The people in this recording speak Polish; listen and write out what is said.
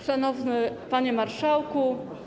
Szanowny Panie Marszałku!